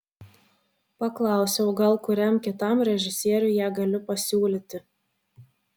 paklausiau gal kuriam kitam režisieriui ją galiu pasiūlyti